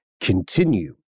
continue